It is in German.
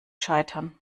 scheitern